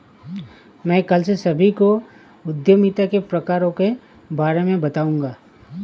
मैं कल से सभी को उद्यमिता के प्रकारों के बारे में बताऊँगा